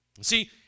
See